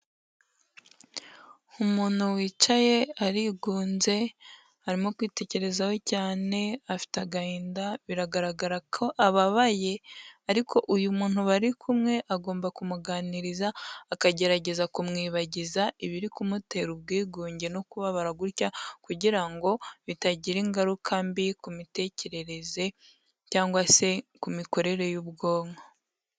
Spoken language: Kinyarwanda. Umuntu wicaye, arigunze, arimo kwitekerezaho cyane, afite agahinda, biragaragara ko ababaye, ariko uyu muntu bari kumwe agomba kumuganiriza, akagerageza kumwibagiza ibiri kumutera ubwigunge no kubabara gutya, kugira ngo bitagira ingaruka mbi ku mitekerereze cyangwa se ku mikorere y'ubwonko.